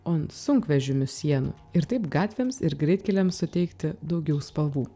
o ant sunkvežimių sienų ir taip gatvėms ir greitkeliams suteikti daugiau spalvų